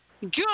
Good